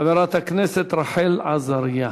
חברת הכנסת רחל עזריה.